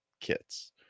kits